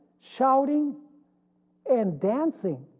shouting and dancing,